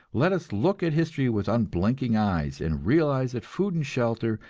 let us look at history with unblinking eyes, and realize that food and shelter,